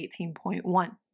18.1